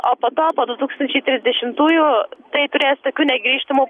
o po to po du tūkstančiai trisdešimtųjų tai turės tokių negrįžtamų